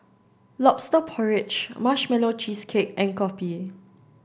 lobster porridge marshmallow cheesecake and Kopi